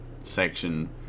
section